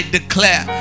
declare